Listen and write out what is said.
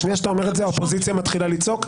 בשנייה שאתה אומר את זה, האופוזיציה מתחילה לצעוק.